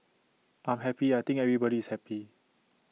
I'm happy I think everybody is happy